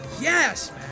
Yes